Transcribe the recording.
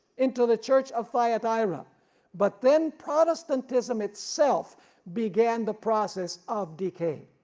into the church of thyatira but then protestantism itself began the process of decay.